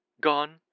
Gone